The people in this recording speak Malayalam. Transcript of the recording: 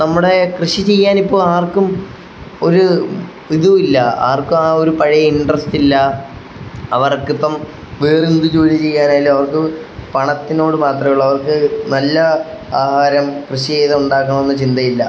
നമ്മുടെ കൃഷി ചെയ്യാനിപ്പോൾ ആർക്കും ഒരു ഇതില്ല ആർക്കും ആ ഒരു പഴയ ഇൻട്രസ്റ്റില്ല അവർക്കിപ്പം വേറെ എന്ത് ജോലി ചെയ്യാനായാലും അവർക്ക് പണത്തിനോട് മാത്രമെ ഉള്ളു അവർക്ക് നല്ല ആഹാരം കൃഷി ചെയ്ത് ഉണ്ടാക്കണമെന്ന് ചിന്തയില്ല